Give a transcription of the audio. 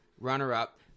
runner-up